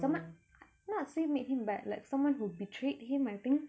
someone not say made him bad like someone who betrayed him I think